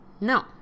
No